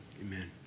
amen